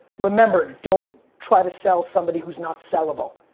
remember, don't try to sell somebody who's not sellable.